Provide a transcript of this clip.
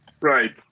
Right